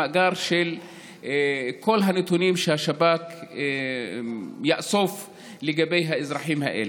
המאגר של כל הנתונים שהשב"כ יאסוף על האזרחים האלה?